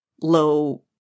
low